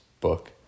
book